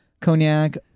cognac